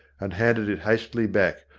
and handed it hastily back,